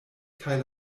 kaj